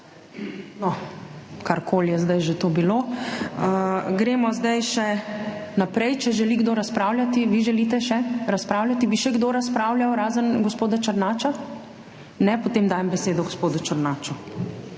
No, karkoli je zdaj že to bilo. Gremo zdaj še naprej, če želi kdo razpravljati? Vi želite še razpravljati? Bi še kdo razpravljal, razen gospoda Černača? Ne. Potem dajem besedo gospodu Černaču.